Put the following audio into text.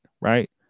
right